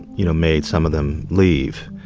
you know, made some of them leave.